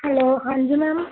hello ਹਾਂਜੀ ma'am